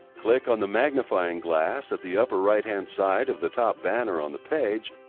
click on the magnifying glass at the upper right-hand side of the top banner on the page,